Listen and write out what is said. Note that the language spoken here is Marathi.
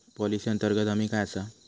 पॉलिसी अंतर्गत हमी काय आसा?